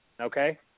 Okay